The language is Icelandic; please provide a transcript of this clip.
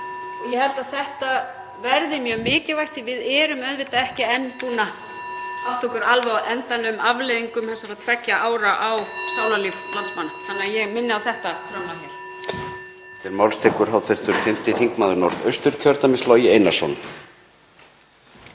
Ég held að þetta verði mjög mikilvægt því við erum auðvitað ekki enn búin að átta okkur alveg á endanlegum afleiðingum þessara tveggja ára á sálarlíf (Forseti hringir.) landsmanna. Þannig að ég minni á þetta framlag hér.